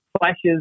flashes